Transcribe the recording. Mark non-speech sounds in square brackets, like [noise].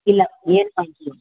ಇಲ್ಲ ಏನೂ [unintelligible]